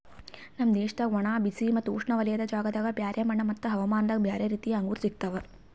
ನಮ್ ದೇಶದಾಗ್ ಒಣ, ಬಿಸಿ ಮತ್ತ ಉಷ್ಣವಲಯದ ಜಾಗದಾಗ್ ಬ್ಯಾರೆ ಮಣ್ಣ ಮತ್ತ ಹವಾಮಾನದಾಗ್ ಬ್ಯಾರೆ ರೀತಿದು ಅಂಗೂರ್ ಸಿಗ್ತವ್